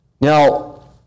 Now